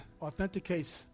authenticates